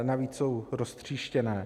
Navíc jsou roztříštěné.